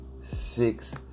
Six